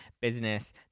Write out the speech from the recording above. business